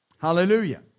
Hallelujah